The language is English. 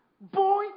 Boy